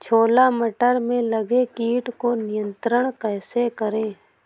छोला मटर में लगे कीट को नियंत्रण कैसे करें?